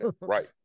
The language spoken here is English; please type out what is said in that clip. Right